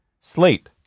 slate